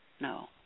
no